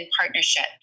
partnership